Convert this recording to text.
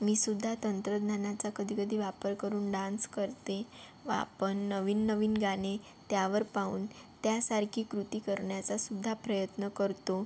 मी सुद्धा तंत्रज्ञानाचा कधी कधी वापर करून डान्स करते व आपण नवीन नवीन गाणे त्यावर पाहून त्यासारखी कृती करण्याचासुद्धा प्रयत्न करतो